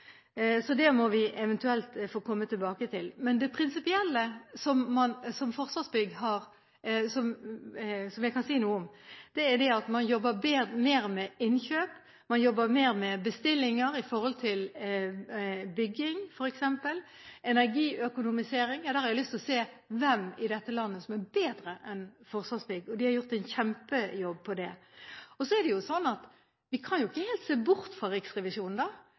så det må vi eventuelt få komme tilbake til. Men det prinsipielle som jeg kan si noe om, er at man jobber mer med innkjøp, man jobber mer med bestillinger i forbindelse med f.eks. bygging. Når det gjelder energiøkonomisering, har jeg lyst til å se hvem i dette landet som er bedre enn Forsvarsbygg. De har gjort en kjempejobb på det området. Så er det jo slik at vi ikke helt kan se bort fra Riksrevisjonen,